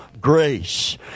grace